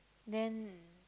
then